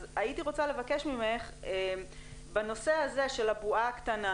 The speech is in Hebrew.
אז הייתי רוצה לבקש ממך בנושא הזה של הבועה הקטנה,